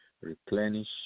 replenish